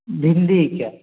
भिंडीके